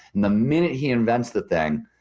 and the minute he invents the thing,